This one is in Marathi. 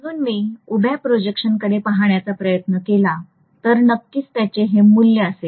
म्हणून मी उभ्या प्रोजेक्शनकडे पाहण्याचा प्रयत्न केला तर नक्कीच त्याचे हे मूल्य असेल